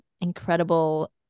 incredible